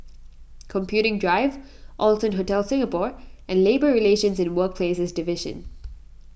Computing Drive Allson Hotel Singapore and Labour Relations and Workplaces Division